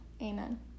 Amen